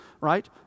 right